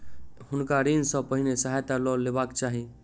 हुनका ऋण सॅ पहिने सहायता लअ लेबाक चाही